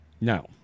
No